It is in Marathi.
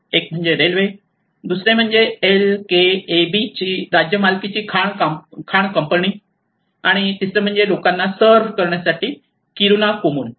एक म्हणजे रेल्वे म्हणजे दुसरे म्हणजे एलकेएबीची राज्य मालकीची खाण कंपनी आणि तिसरे म्हणजे लोकांना सर्व्ह करण्यासाठी किरुना कोमून